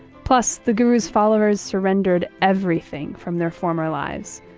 plus, the guru's followers surrendered everything from their former lives.